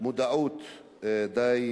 מודעות די